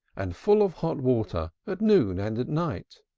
and full of hot water at noon and at night.